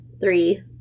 three